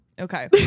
Okay